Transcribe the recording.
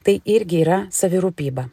tai irgi yra savirūpyba